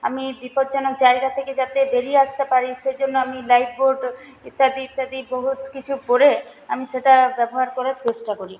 আমি বিপজ্জনক জায়গা থেকে যাতে বেরিয়ে আসতে পারি সেই জন্যে আমি লাইফ বোর্ড ইত্যাদি ইত্যাদি বহুত কিছু পরে আমি সেটা ব্যবহার করার চেষ্টা করি